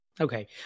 Okay